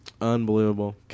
Unbelievable